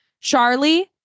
Charlie